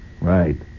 Right